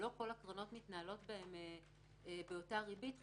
כשלא כל הקרנות מתנהלות באותה ריבית,